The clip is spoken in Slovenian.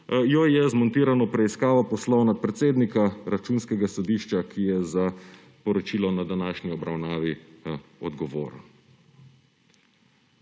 jo je z zmontirano preiskavo poslal nad predsednika Računskega sodišča, ki je za poročilo na današnji obravnavi odgovoren.